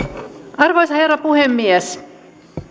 arvoisa herra puhemies